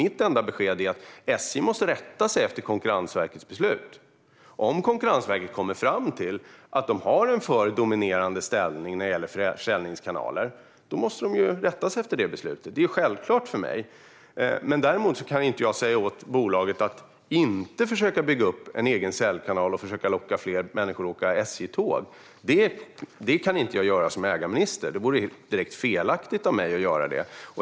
Mitt enda besked är att SJ måste rätta sig efter Konkurrensverkets beslut. Om Konkurrensverket kommer fram till att SJ har en för dominerande ställning när det gäller försäljningskanaler måste de rätta sig efter det. Det är självklart för mig. Däremot kan jag som ägarminister inte säga till bolaget att man inte ska försöka bygga upp en egen säljkanal och försöka locka fler människor att åka SJ-tåg. Det vore direkt felaktigt av mig att göra det.